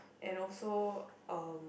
and also um